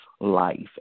life